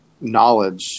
knowledge